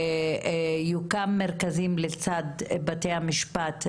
יוקמו מרכזים לצד בתי המשפט,